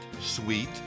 sweet